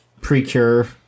Precure